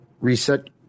reset